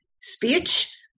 speech